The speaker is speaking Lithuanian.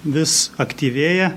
vis aktyvėja